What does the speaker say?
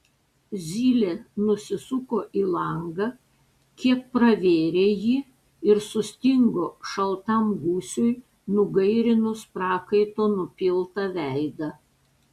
zylė nusisuko į langą kiek pravėrė jį ir sustingo šaltam gūsiui nugairinus prakaito nupiltą veidą